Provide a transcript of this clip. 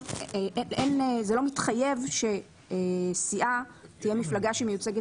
זה לא מתחייב שסיעה תהיה מפלגה שמיוצגת